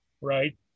right